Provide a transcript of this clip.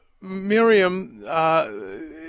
Miriam